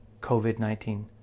COVID-19